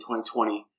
2020